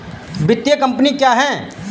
वित्तीय कम्पनी क्या है?